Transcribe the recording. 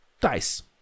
dice